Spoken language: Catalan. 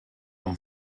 amb